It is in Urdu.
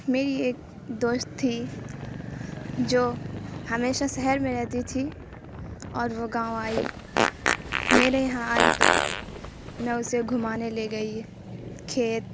میری ایک دوست تھی جو ہمیشہ شہر میں رہتی تھی اور وہ گاؤں آئی میرے یہاں آئی تو میں اسے گھمانے لے گئی کھیت